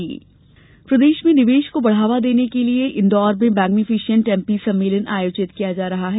magnificent MP प्रदेश में निवेश को बढ़ावा देने के लिए इन्दौर में मैग्नीफिसेंट एमपी सम्मेलन आयोजित किया जा रहा है